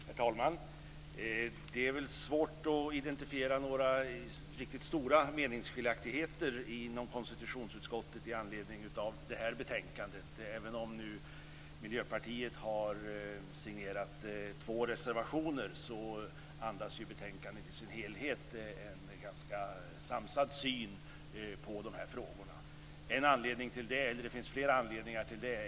Herr talman! Det är svårt att identifiera några riktigt stora meningsskiljaktigheter inom konstitutionsutskottet med anledning av det här betänkandet. Även om Miljöpartiet har signerat två reservationer, andas ju betänkandet i sin helhet en ganska stor samsyn på de här frågorna. Det finns flera anledningar till det.